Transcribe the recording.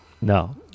No